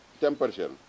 temperature